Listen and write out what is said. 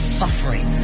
suffering